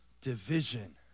division